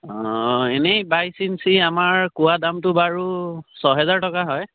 অঁ এনেই বাইছ ইঞ্চি আমাৰ কোৱা দামটো বাৰু ছহেজাৰ টকা হয়